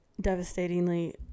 devastatingly